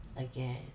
again